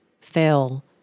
fail